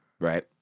Right